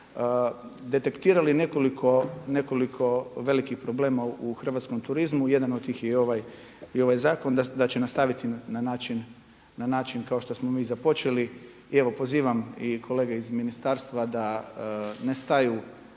detektirali nekoliko velikih problema u hrvatskom turizmu. Jedan od tih je i ovaj zakon da će nastaviti na način kao što smo mi započeli. I evo pozivam i kolege iz ministarstva da ne staju